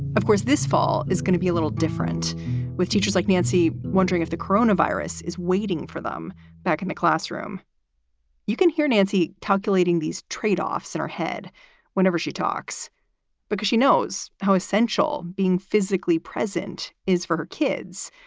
of course, this fall is going to be a little different with teachers like nancy wondering if the coronavirus is waiting for them back in the classroom you can hear, nancy calculating these trade offs in her head whenever she talks because she knows how essential being physically present is for her kids,